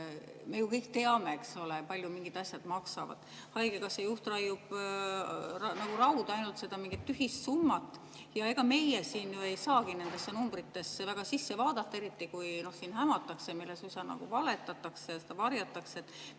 ju teame, eks ole, palju mingid asjad maksavad. Haigekassa juht raiub nagu rauda ainult seda mingit tühist summat. Ja ega meie siin ju ei saagi nendesse numbritesse sisse vaadata, eriti kui siin hämatakse, osaliselt valetatakse ja varjatakse.